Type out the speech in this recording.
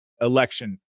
election